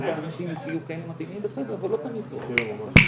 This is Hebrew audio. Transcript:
בנשים באמצעות פרויקט שנקרא "יד להחלמה",